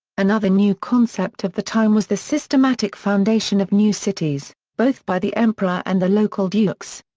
another new concept of the time was the systematic foundation of new cities, both by the emperor and the local dukes.